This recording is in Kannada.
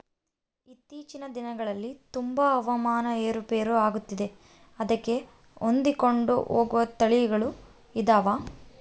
ಇತ್ತೇಚಿನ ದಿನಗಳಲ್ಲಿ ತುಂಬಾ ಹವಾಮಾನ ಏರು ಪೇರು ಆಗುತ್ತಿದೆ ಅದಕ್ಕೆ ಹೊಂದಿಕೊಂಡು ಹೋಗುವ ತಳಿಗಳು ಇವೆಯಾ?